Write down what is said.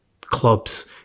clubs